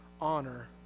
honor